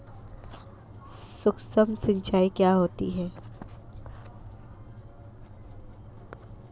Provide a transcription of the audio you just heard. सुक्ष्म सिंचाई क्या होती है?